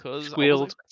Squealed